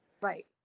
Right